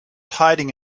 hiding